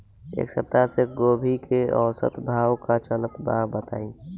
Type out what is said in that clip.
एक सप्ताह से गोभी के औसत भाव का चलत बा बताई?